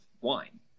wine